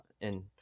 And-